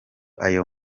ayo